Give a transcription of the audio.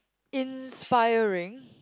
inspiring